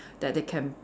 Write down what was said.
that they can